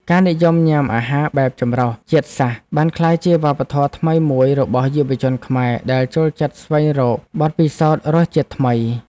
ការនិយមញ៉ាំអាហារបែបចម្រុះជាតិសាសន៍បានក្លាយជាវប្បធម៌ថ្មីមួយរបស់យុវជនខ្មែរដែលចូលចិត្តស្វែងរកបទពិសោធន៍រសជាតិថ្មី។